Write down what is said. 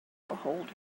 beholder